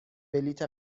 بلیط